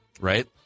Right